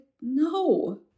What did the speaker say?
no